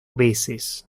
veces